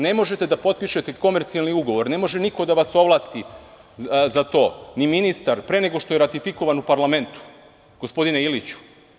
Ne možete da potpišete komercijalni ugovor, ne može niko da vas ovlasti za to, ni ministar, pre nego što je ratifikovano u parlamentu, gospodine Iliću.